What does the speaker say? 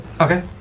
Okay